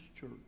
church